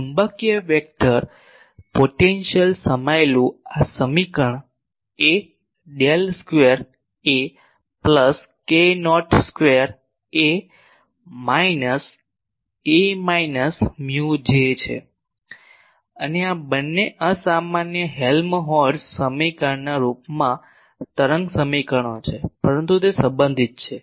ચુંબકીય vector potential સમાયેલું આ સમીકરણ A del square A plus k not square A minus A minus mu J છે અને આ બંને અસામાન્ય હેલ્મહોલ્ટ્ઝ સમીકરણના રૂપમાં તરંગ સમીકરણો છે પરંતુ તે સંબંધિત છે